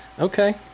Okay